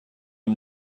این